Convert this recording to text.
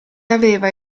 aveva